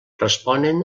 responen